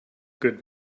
good